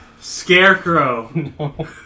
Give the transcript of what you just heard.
Scarecrow